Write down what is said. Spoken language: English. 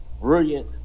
brilliant